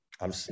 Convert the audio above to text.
I'm-